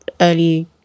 early